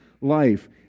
life